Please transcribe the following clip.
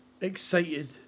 excited